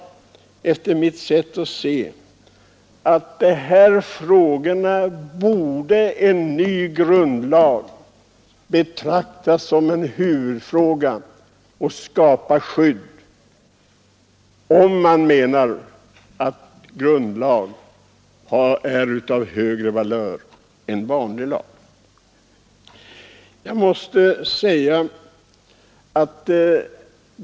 Om en grundlag är av högre valör än en vanlig lag, borde det föreliggande förslaget betraktas som en huvudfråga, för denna lag skall skapa skydd.